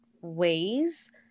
ways